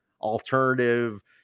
alternative